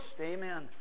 Amen